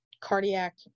cardiac